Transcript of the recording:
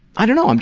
i don't know, um